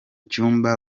cyumba